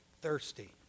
thirsty